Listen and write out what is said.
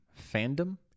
fandom